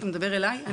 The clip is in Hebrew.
אתה מדבר אליי?